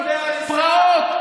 פרעות,